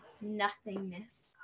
Nothingness